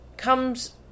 comes